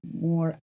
more